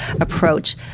approach